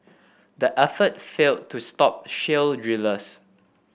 the effort failed to stop shale drillers